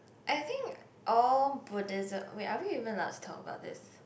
I think all Buddhism wait are we even allowed to talk about this*